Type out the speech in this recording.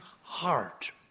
heart